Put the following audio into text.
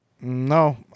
No